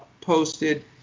posted